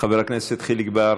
חבר הכנסת יחיאל חיליק בר,